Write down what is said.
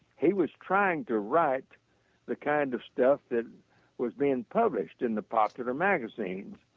he was trying to write the kind of stuff that was being published in the popular magazines.